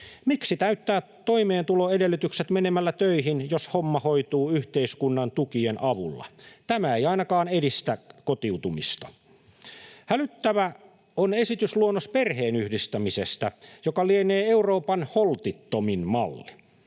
Miksi täyttää toimeentuloedellytykset menemällä töihin, jos homma hoituu yhteiskunnan tukien avulla? Tämä ei ainakaan edistä kotiutumista. Hälyttävä on tämä esitysluonnos perheenyhdistämisestä, joka lienee Euroopan holtittomin malli.